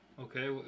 Okay